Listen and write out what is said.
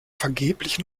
vergeblich